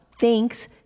thanks